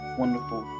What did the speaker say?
wonderful